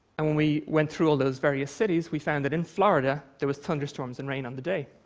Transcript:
and when we went through all those various cities, we found that in florida, there were thunderstorms and rain on the day.